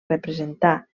representar